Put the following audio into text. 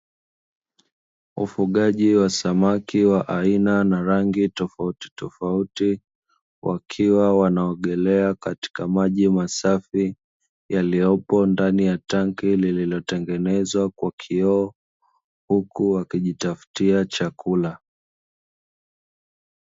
Ufugaji wa samaki wa aina na rangi tofauti tofauti, wakiwa wanaogelea katika maji masafi yaliyopo ndani ya tanki lililo tengenezwa kwa kioo huku wakijitafutia chakula.